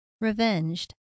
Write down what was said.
revenged